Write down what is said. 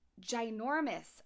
ginormous